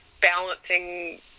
balancing